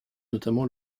notamment